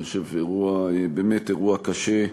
אני חושב שזה באמת אירוע קשה,